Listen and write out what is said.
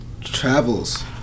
Travels